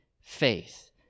faith